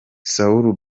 soul